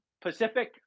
Pacific